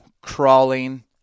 crawling